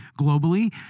globally